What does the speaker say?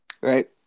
Right